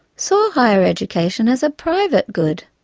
saw higher education as a private good,